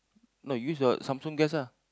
no use your Samsung guest lah